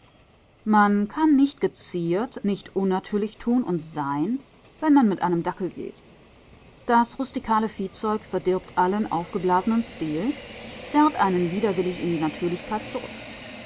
man kann nicht geziert nicht unnatürlich tun und sein wenn man mit einem dackel geht das rustikale viehzeug verdirbt allen aufgeblasenen stil zerrt einen widerwillig in die natürlichkeit zurück